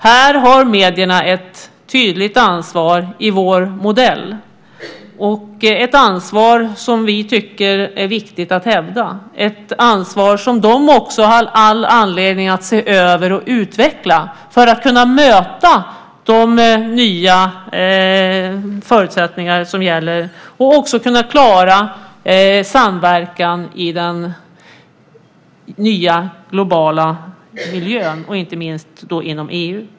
Här har medierna ett tydligt ansvar i vår modell, ett ansvar som vi tycker är viktigt att hävda, ett ansvar som de också har all anledning att se över och utveckla för att kunna möta de nya förutsättningar som gäller och också kunna klara samverkan i den nya globala miljön, inte minst inom EU.